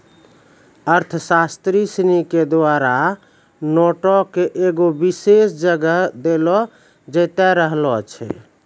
अर्थशास्त्री सिनी के द्वारा नोटो के एगो विशेष जगह देलो जैते रहलो छै